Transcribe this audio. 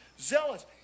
Zealous